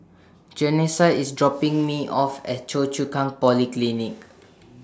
Janessa IS dropping Me off At Choa Chu Kang Polyclinic